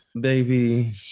baby